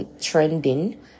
trending